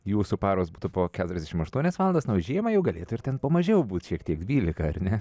jūsų paros metu po keturiasdešimt aštuonias valandas nors žiemą jau galėtų ir ten po mažiau būti šiek tiek dvylika ar ne